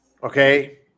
Okay